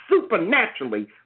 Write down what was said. supernaturally